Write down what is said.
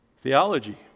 theology